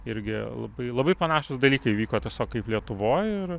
irgi labai labai panašūs dalykai vyko tiesiog kaip lietuvoj ir